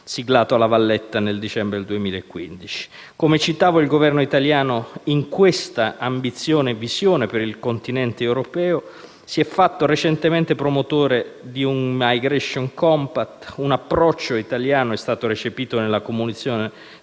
adottato a La Valletta nel dicembre 2015. Come dicevo, il Governo italiano in questa ambizione e visione per il continente europeo si è fatto recentemente promotore del *migration compact*. L'approccio italiano è stato recepito nella Comunicazione